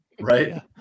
right